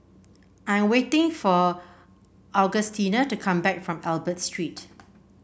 I'm waiting for Augustina to come back from Albert Street